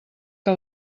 que